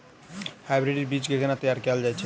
Hybrid बीज केँ केना तैयार कैल जाय छै?